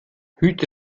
hüte